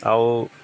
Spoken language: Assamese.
আৰু